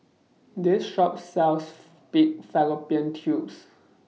This Shop sells Pig Fallopian Tubes